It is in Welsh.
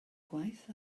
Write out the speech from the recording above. gwaith